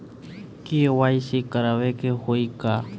KYC करावे के होई का?